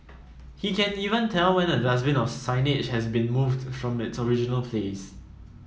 he can even tell when a dustbin or signage has been moved from its original place